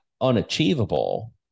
unachievable